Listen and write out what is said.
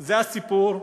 זה הסיפור,